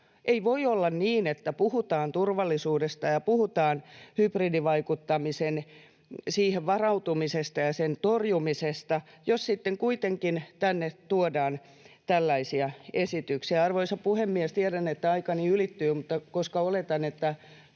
Ei voi olla niin, että puhutaan turvallisuudesta ja puhutaan hybridivaikuttamiseen varautumisesta ja sen torjumisesta, jos sitten kuitenkin tänne tuodaan tällaisia esityksiä. Arvoisa puhemies! Tiedän, että aikani ylittyy, mutta koska oletan, että